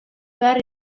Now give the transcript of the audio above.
behar